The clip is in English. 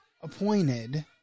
appointed